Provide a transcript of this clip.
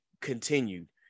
continued